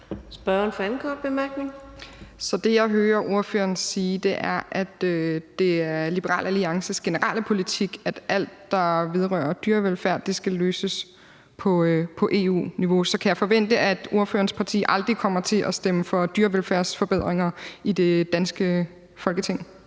Liliendahl Brydensholt (ALT): Det, jeg hører ordføreren sige, er, at det er Liberal Alliances generelle politik, at alt, der vedrører dyrevelfærd, skal løses på EU-niveau. Så kan jeg forvente, at ordførerens parti aldrig kommer til at stemme for dyrevelfærdsforbedringer i det danske Folketing?